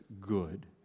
good